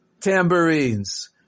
tambourines